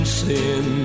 sin